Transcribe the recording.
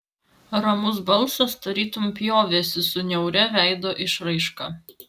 ramus balsas tarytum pjovėsi su niauria veido išraiška